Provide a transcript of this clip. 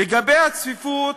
לגבי הצפיפות,